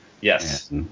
Yes